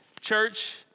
church